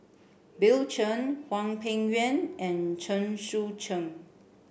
Bill Chen Hwang Peng Yuan and Chen Sucheng